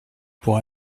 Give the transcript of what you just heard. pour